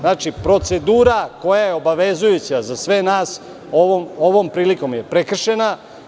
Znači, procedura koja je obavezujuća za sve nas ovom prilikom je prekršena.